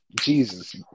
Jesus